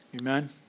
amen